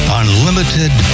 unlimited